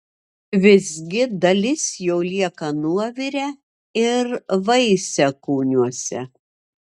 visgi dalis jo lieka nuovire ir vaisiakūniuose